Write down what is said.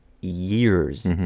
years